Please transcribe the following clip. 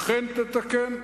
אכן יתקנו.